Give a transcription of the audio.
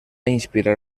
inspirar